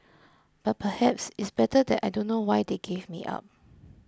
but perhaps it's better that I don't know why they gave me up